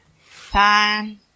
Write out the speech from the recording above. Fine